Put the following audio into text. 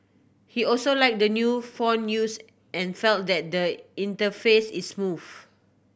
he also liked the new font used and felt that the interface is smooth